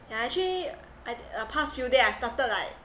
yeah actually I uh past few day I started like